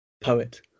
poet